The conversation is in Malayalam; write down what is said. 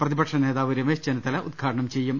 പ്രതിപക്ഷനേതാവ് രമേശ് ചെന്നിത്തല ഉദ്ഘാടനം ചെയ്യും